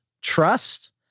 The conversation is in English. trust